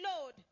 Lord